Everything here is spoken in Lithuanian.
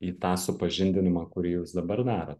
į tą supažindinimą kurį jūs dabar darot